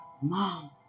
Mom